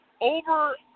over